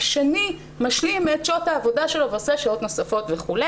השני משלים את שעות העבודה שלו ועושה שעות נוספות וכו'.